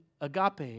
agape